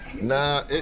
Nah